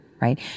right